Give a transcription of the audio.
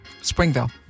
Springville